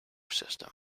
system